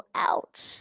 Ouch